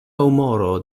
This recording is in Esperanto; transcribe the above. humoro